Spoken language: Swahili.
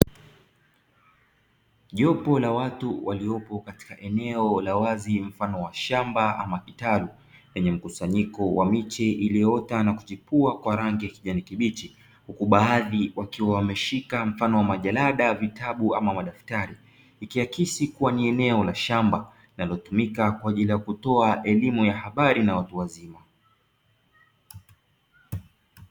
Jopo la watu waliopo katika eneo la wazi mfano wa shamba ama kitalu lenye mkusanyiko wa miche iliyoota na kuchipua kwa rangi ya kijani kibichi huku baadhi wakiwa wameshika mfano wa majalada, vitabu ama madaftari ikiakisi kuwa ni eneo la shamba linalotumika kwa ajili ya kutoa elimu ya habari na watu wazima.